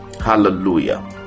Hallelujah